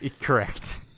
Correct